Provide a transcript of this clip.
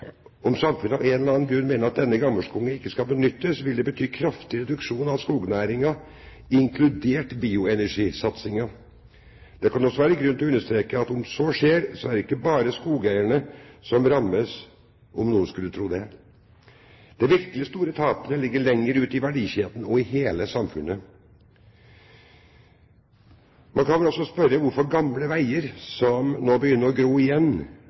Om samfunnet av en eller annen grunn mener at denne gammelskogen ikke skal benyttes, vil det bety en kraftig reduksjon av skognæringen, inkludert bioenergisatsingen. Det kan også være grunn til å understreke at om så skjer, er det ikke bare skogeierne som rammes – om noen skulle tro det. De virkelig store tapene ligger lenger ut i verdikjeden og i hele samfunnet. Man kan vel også spørre hvorfor gamle veier som nå begynner å gro igjen,